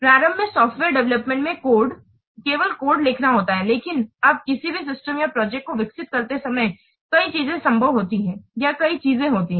प्रारंभ में software development में केवल कोड लिखना होता है लेकिन अब किसी भी सिस्टम या प्रोजेक्ट को विकसित करते समय कई चीजें संभव होती हैं या कई चीजें होती हैं